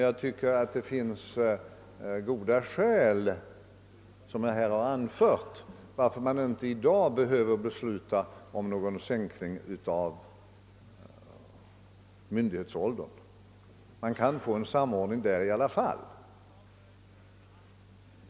Jag tycker att det finns goda skäl, som jag här har anfört, att inte i dag fatta beslut om någon sänkning av myndighetsåldern. Man kan få en samordning till stånd i alla fall.